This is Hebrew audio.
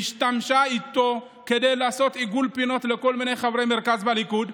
השתמשה בו כדי לעשות עיגול פינות לכל מיני חברי מרכז ליכוד,